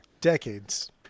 decades